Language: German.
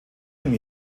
ihm